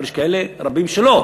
אבל יש כאלה רבים שלא.